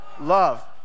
Love